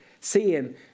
seeing